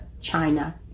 China